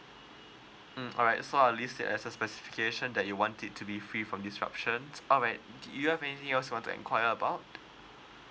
mm alright so I'll list that as a specification that you want it to be free from disruption alright do you have anything else you want to inquire about